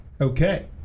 Okay